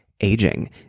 aging